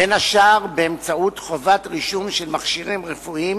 בין השאר באמצעות חובת רישום של מכשירים רפואיים